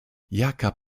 jaka